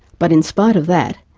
but in spite of that,